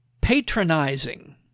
patronizing